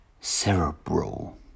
Cerebral